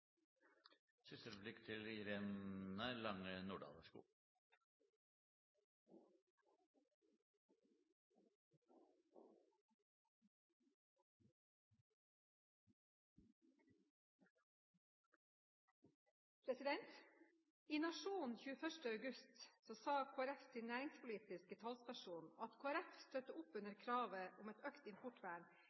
I Nationen 21. august sa Kristelig Folkepartis næringspolitiske talsperson at Kristelig Folkeparti støtter opp om kravet om et økt importvern